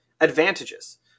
advantages